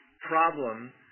problem